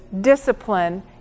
discipline